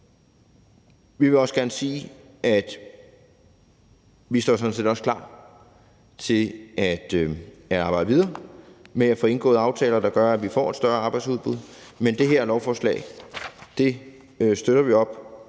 Vi vil også gerne sige, at vi sådan set står klar til at arbejde videre med at få indgået aftaler, der gør, at vi får et større arbejdsudbud, men det her lovforslag støtter vi op